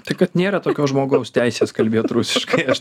tai kad nėra tokios žmogaus teisės kalbėt rusiškai aš